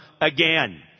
again